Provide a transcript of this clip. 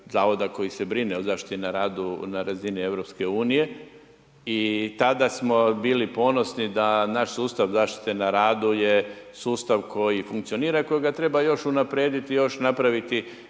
zavoda koji se brine o zaštiti na radu na razini EU i tada smo bili ponosni da nas sustav zaštite na radu je sustav koji funkcionira i kojega treba još unaprijediti još napraviti